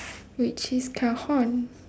which is cajon